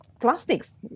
plastics